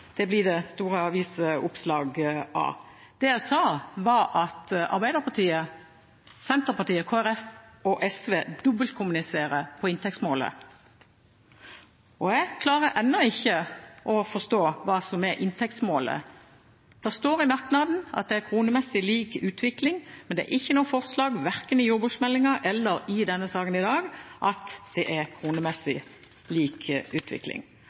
det blir det store avisoppslag av. Det jeg sa, var at Arbeiderpartiet, Senterpartiet, Kristelig Folkeparti og SV dobbeltkommuniserer om inntektsmålet, og jeg klarer ennå ikke å forstå hva som er inntektsmålet. Det står i merknaden at det er «kronemessig lik utvikling», men det er ikke noe forslag verken i forbindelse med jordbruksmeldingen eller i denne saken i dag om kronemessig lik utvikling.